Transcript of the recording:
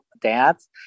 dance